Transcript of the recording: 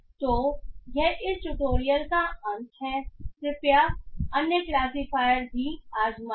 तो यह इस ट्यूटोरियल का अंत है कृपया अन्य क्लासीफायर भी आज़माएँ